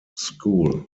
school